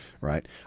right